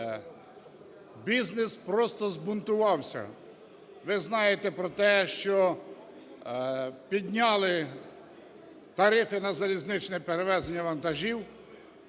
бізнес просто збунтувався. Ви знаєте про те, що підняли тарифи на залізничне перевезення вантажів,